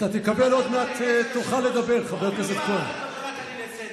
אתה מסכים איתי שמיליארד שקל היו יכולים להיות בקופת המדינה?